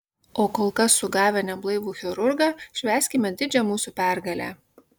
o kol kas sugavę neblaivų chirurgą švęskime didžią mūsų pergalę